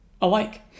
alike